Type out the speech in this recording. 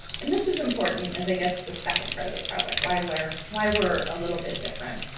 and this is important as i get to the second part of this project, why we're why we're a little bit different.